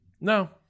No